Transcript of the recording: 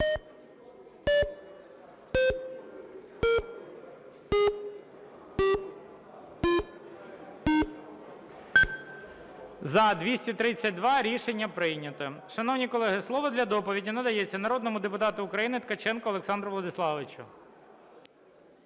За-232 Рішення прийнято. Шановні колеги, слово для доповіді надається народному депутату України Ткаченку Владиславу Владиславовичу.